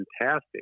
fantastic